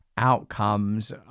Outcomes